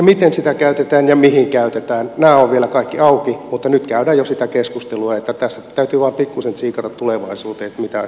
miten sitä käytetään ja mihin käytetään nämä ovat vielä kaikki auki mutta nyt käydään jo sitä keskustelua että tässä täytyy vain pikkuisen tsiikata tulevaisuuteen mitä sieltä on tulossa